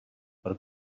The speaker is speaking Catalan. per